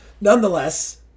Nonetheless